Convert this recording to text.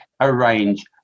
arrange